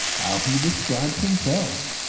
how he describes himself!